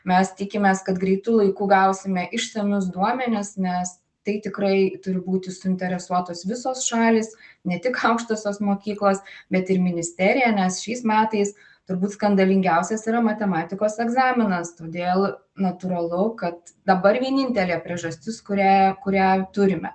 mes tikimės kad greitu laiku gausime išsamius duomenis nes tai tikrai turi būti suinteresuotos visos šalys ne tik aukštosios mokyklos bet ir ministerija nes šiais metais turbūt skandalingiausias yra matematikos egzaminas todėl natūralu kad dabar vienintelė priežastis kurią kurią turime